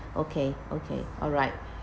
okay okay alright